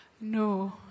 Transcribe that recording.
No